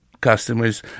Customers